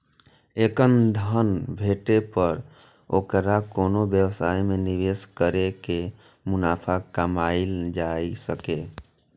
एखन धन भेटै पर ओकरा कोनो व्यवसाय मे निवेश कैर के मुनाफा कमाएल जा सकैए